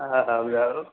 हा हा ॿुधायो